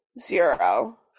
Zero